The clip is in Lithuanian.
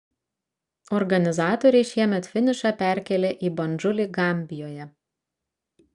organizatoriai šiemet finišą perkėlė į bandžulį gambijoje